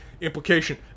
implication